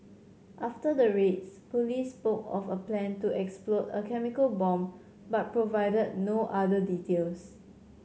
after the raids police spoke of a plan to explode a chemical bomb but provided no other details